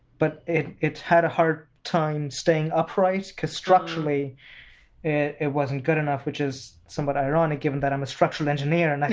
but it it had a hard time staying upright structurally it it wasn't good enough, which is somewhat ironic given that i'm a structural engineer. and and